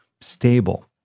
stable